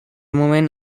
moment